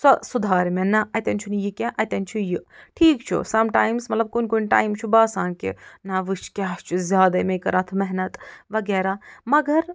سۄ سُدارِ مےٚ نَہ اَتٮ۪ن چھُنہٕ یہِ کیٚنٛہہ اَتٮ۪ن چھُ یہِ ٹھیٖک چھُ سم ٹایِمٕز مطلب کُنہِ کُنہِ ٹایمہٕ چھُ باسان کہِ نَہ وٕچھ کیٛاہ چھُ زیادے مےٚ کٔر اتھ محنت وغیرہ مگر